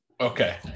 Okay